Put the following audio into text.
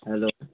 hello